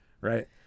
Right